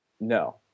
no